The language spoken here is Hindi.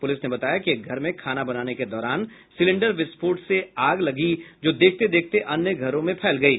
पुलिस ने बताया कि एक घर में खाना बनाने के दौरान सिलेंडर विस्फोट से आग लगी जो देखते देखते अन्य घरों में फैल गयी